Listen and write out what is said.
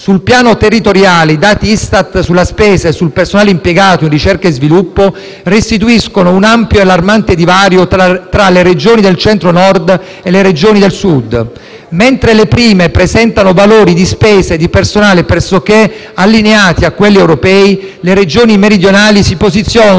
Sul piano territoriale, i dati Istat sulla spesa e sul personale impiegato in ricerca e sviluppo restituiscono un ampio e allarmante divario tra le Regioni del Centro-Nord e quelle del Sud. Mentre le prime presentano valori di spesa e di personale pressoché allineati a quelli europei, le Regioni meridionali si posizionano